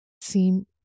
seem